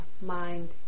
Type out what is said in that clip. mind